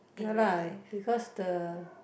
ya lah because the